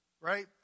Right